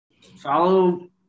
Follow